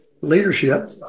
leadership